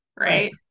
right